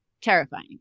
terrifying